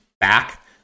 back